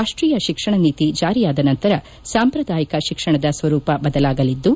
ರಾಷ್ಟೀಯ ಶಿಕ್ಷಣ ನೀತಿ ಜಾರಿಯಾದ ನಂತರ ಸಾಂಪ್ರದಾಯಿಕ ಶಿಕ್ಷಣದ ಸ್ವರೂಪ ಬದಲಾಗಲಿದ್ದು